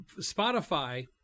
Spotify